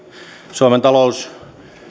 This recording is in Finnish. suomen talous